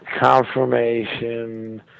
confirmation